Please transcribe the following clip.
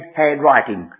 handwriting